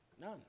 none